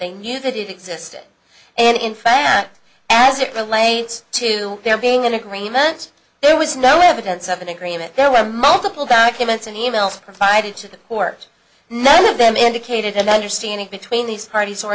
they knew that it existed and in fact as it relates to their being in agreement there was no evidence of an agreement there were multiple documents and e mails provided to the court none of them indicated an understanding between these parties